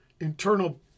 Internal